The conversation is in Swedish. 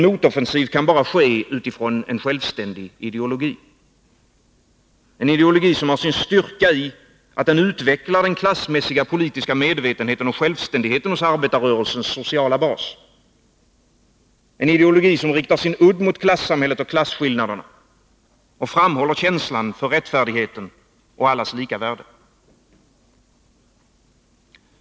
Motoffensiven kan bara ske utifrån en självständig ideologi, en ideologi som har sin styrka i att den utvecklar den klassmässiga politiska medvetenheten och självständigheten hos arbetarrörelsens sociala bas, en ideologi som riktar sin udd mot klassamhället och klasskillnaderna och framhåller känslan för rättfärdigheten och allas lika värde.